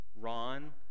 Ron